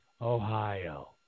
Ohio